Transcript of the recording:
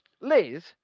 Liz